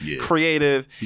creative